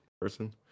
person